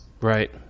right